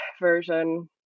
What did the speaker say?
version